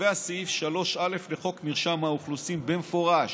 קובע סעיף 3א לחוק מרשם האוכלוסין במפורש,